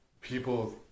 people